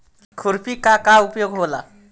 खुरपी का का उपयोग होला?